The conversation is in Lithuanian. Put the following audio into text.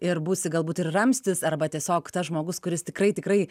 ir būsi galbūt ir ramstis arba tiesiog tas žmogus kuris tikrai tikrai